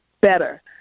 better